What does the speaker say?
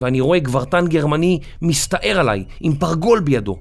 ואני רואה גברתן גרמני מסתער עליי עם פרגול בידו